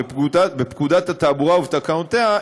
בפקודת התעבורה ובתקנותיה,